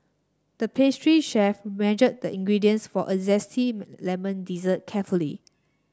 the pastry chef measured the ingredients for a zesty lemon dessert carefully